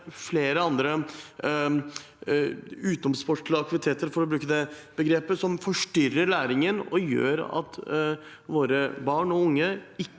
mange andre «utenomsportslige aktiviteter», for å bruke det begrepet, som forstyrrer læringen og gjør at våre barn og unge ikke